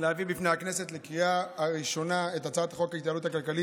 להביא בפני הכנסת בקריאה הראשונה את הצעת חוק ההתייעלות הכלכלית